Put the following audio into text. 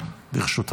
ברזל.